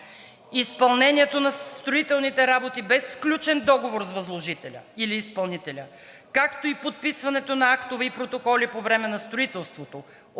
Изпълнението на строителните работи без сключен договор с възложителя или изпълнителя, както и подписването на актове и протоколи по време на строителството